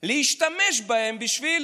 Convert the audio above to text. להשתמש בהם בשביל